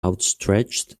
outstretched